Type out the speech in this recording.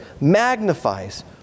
magnifies